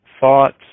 thoughts